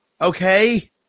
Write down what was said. Okay